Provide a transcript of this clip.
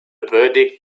verdict